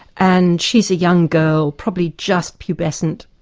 and she's a young girl probably just pubescent,